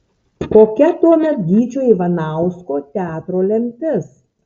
kokia tuomet gyčio ivanausko teatro lemtis